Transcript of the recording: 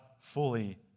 fully